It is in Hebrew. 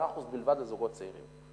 10% בלבד לזוגות צעירים.